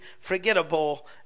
forgettable